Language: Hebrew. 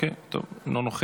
אוקיי, טוב, אינו נוכח.